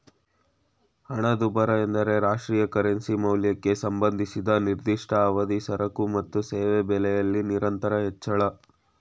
ಹಣದುಬ್ಬರ ಎಂದ್ರೆ ರಾಷ್ಟ್ರೀಯ ಕರೆನ್ಸಿ ಮೌಲ್ಯಕ್ಕೆ ಸಂಬಂಧಿಸಿದ ನಿರ್ದಿಷ್ಟ ಅವಧಿ ಸರಕು ಮತ್ತು ಸೇವೆ ಬೆಲೆಯಲ್ಲಿ ನಿರಂತರ ಹೆಚ್ಚಳ